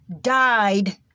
died